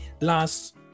last